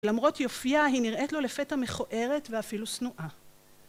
למרות יופייה היא נראית לו לפתע מכוערת ואפילו שנואה